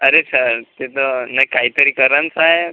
अरे सर ते तर नाही काही तरी करा ना साहेब